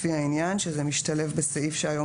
לפי העניין,";" זה משתלב בסעיף שהיום